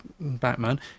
Batman